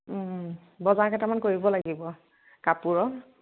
বজাৰ কেইটামান কৰিব লাগিব কাপোৰৰ